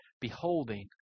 beholding